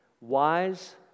wise